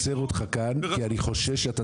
אני עוצר אותך כאן כי אני חושש שאתה